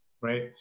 right